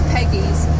Peggy's